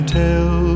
tell